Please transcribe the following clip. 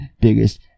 biggest